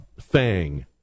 fang